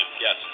Yes